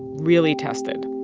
really tested.